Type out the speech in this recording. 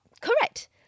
Correct